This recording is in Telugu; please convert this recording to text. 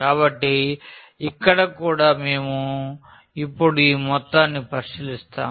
కాబట్టి ఇక్కడ కూడా మేము ఇప్పుడు ఈ మొత్తాన్ని పరిశీలిస్తాము